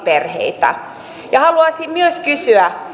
haluaisin myös kysyä